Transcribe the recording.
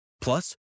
Plus